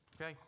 Okay